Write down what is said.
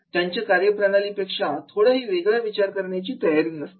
त्यांची कार्यप्रणाली पेक्षा थोडं ही वेगळा विचार करण्याची तयारी नसते